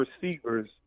receivers